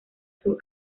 sus